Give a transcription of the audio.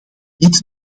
niet